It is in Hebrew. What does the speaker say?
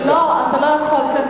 לא, אתה לא יכול.